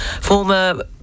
former